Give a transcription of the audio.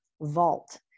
vault